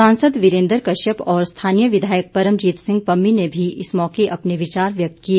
सांसद वीरेंद्र कश्यप और स्थानीय विधायक परमजीत सिंह पम्मी ने भी इस मौके अपने विचार व्यक्त किए